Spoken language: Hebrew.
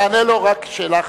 תענה לו רק על שאלה אחת,